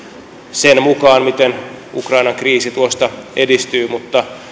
sen mukaan miten ukrainan kriisi tuosta edistyy mutta